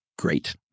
great